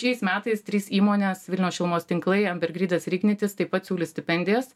šiais metais trys įmonės vilniaus šilumos tinklai ambergridas ir ignitis taip pat siūlys stipendijas